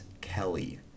Kelly